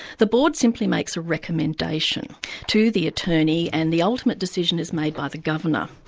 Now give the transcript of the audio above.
the board simply makes a recommendation to the attorney, and the ultimate decision is made by the governor.